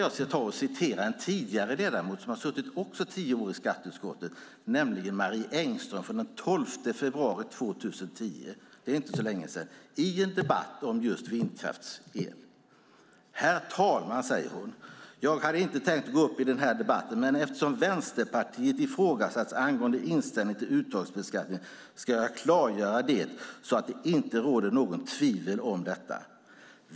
Jag ska citera en tidigare ledamot, som också satt tio år i skatteutskottet, nämligen Marie Engström. Citatet är från den 12 februari 2010. Det är inte så länge sedan. Det var i en debatt om just vindkraftsel. "Herr talman! Jag hade inte tänkt gå upp i den här debatten, men eftersom Vänsterpartiet ifrågasattes angående inställningen till uttagsbeskattning ska jag klargöra det så att det inte råder något tvivel om det.